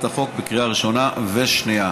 החוק בקריאה השנייה ובקריאה השלישית.